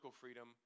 freedom